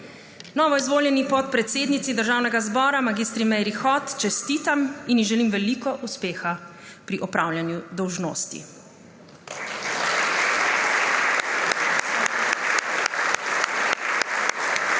Novoizvoljeni podpredsednici Državnega zbora mag. Meiri Hot čestitam in ji želim veliko uspeha pri opravljanju dolžnosti.